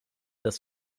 das